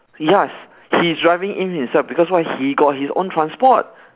yes he is driving in himself because why he got his own transport